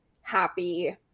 happy